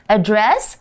Address